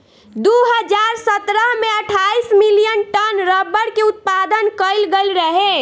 दू हज़ार सतरह में अठाईस मिलियन टन रबड़ के उत्पादन कईल गईल रहे